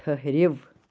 ٹھرِو